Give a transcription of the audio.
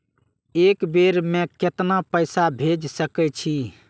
एक बेर में केतना पैसा भेज सके छी?